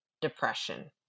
depression